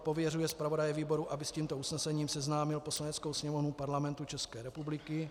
Pověřuje zpravodaje výboru, aby s tímto usnesením seznámil Poslaneckou sněmovnu Parlamentu České republiky;